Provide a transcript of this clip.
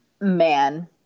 Man